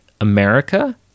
America